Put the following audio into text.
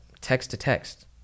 text-to-text